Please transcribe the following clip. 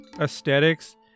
aesthetics